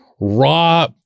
Raw